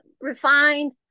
refined